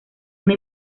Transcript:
una